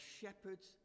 shepherd's